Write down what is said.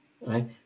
right